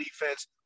defense